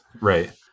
right